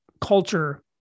culture